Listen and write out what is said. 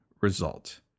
result